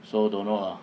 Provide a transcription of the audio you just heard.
so don't know ah